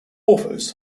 authors